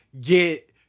get